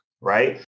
Right